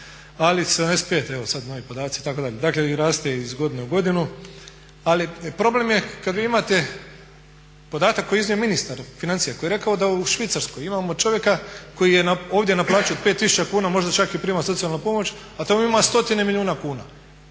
Ali 75, evo sad novi podaci itd. Dakle, raste iz godine u godinu. Ali problem je kad vi imate podatak koji je iznio ministar financija, koji je rekao da u Švicarskoj imamo čovjeka koji je ovdje na plaću od 5000 kuna možda čak i primao socijalnu pomoć, a tamo ima stotine milijuna kuna.